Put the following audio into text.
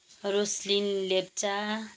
Roslim Lepcha